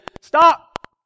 Stop